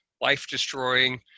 life-destroying